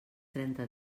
trenta